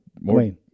more